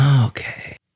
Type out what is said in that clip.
Okay